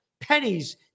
Pennies